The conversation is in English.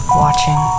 watching